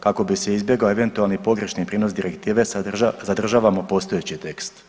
Kako bi se izbjegao eventualni pogrešni prinos direktive zadržavamo postojeći tekst.